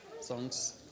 Songs